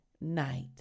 night